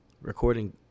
recording